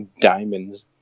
diamonds